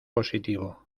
positivo